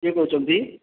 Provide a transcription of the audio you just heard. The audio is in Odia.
କିଏ କହୁଛନ୍ତି